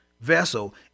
vessel